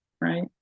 right